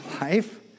life